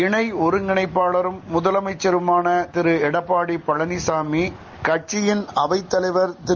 இணை ஒருங்கிணைப்பாளரும் முதலமைச்சருமான திரு எடப்பாடி பழனிசாமி கட்சியின் அவைத்தலைவர் திரு